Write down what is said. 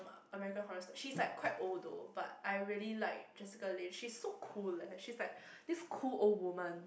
America horror story she's like quite old though but I really like Jessica-Lange she's so cool leh she's like this cool old woman